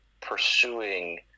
pursuing